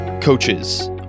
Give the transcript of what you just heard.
Coaches